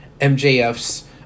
mjf's